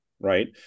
Right